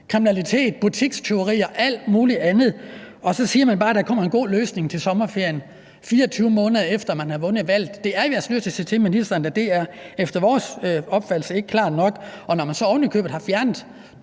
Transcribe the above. kriminalitet, butikstyverier og alt muligt andet. Og så siger man bare: Der kommer en god løsning til sommerferien – 24 måneder efter at man har vundet valget. Det er vi altså nødt til at sige til ministeren ikke efter vores opfattelse er klart nok, og når man så ovenikøbet har fjernet